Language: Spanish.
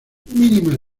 mínimas